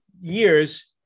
years